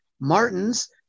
martins